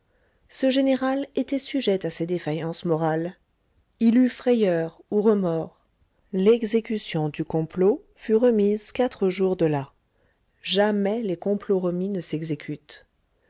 ce général était sujet à ces défaillances morales il eut frayeur ou remords l'exécution du complet fut remise quatre jours de là jamais les complots remis ne s'exécutent